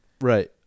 right